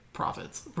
Profits